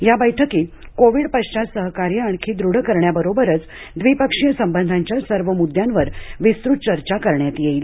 या बैठकीत कोविड पश्वात सहकार्य आणखी दृढ करण्याबरोबरच द्विपक्षीय संबंधांच्या सर्व मुद्द्यांवर विस्तृत चर्चा करण्यात येईल